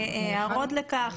הערות לכך?